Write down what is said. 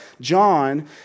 John